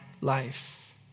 life